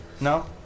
No